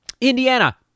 Indiana